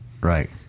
Right